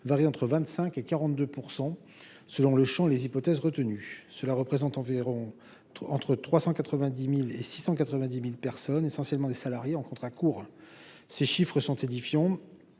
varient entre 25 et 42 % selon le chant les hypothèses retenues, cela représente environ entre 390000 690000 personnes essentiellement des salariés en contrats courts, ces chiffres sont édifiants,